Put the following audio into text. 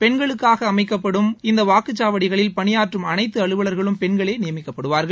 பெண்களுக்காக அமைக்கப்படும் இந்த வாக்குச்சாவடிகளில் பணியாற்றும் அனைத்து அலுவலர்களும் பெண்களே நியமிக்கப்படுவார்கள்